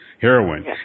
heroin